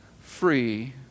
free